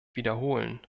wiederholen